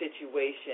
situation